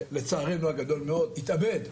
שלצערנו הגדול מאוד התאבד,